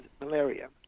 malaria